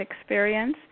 experience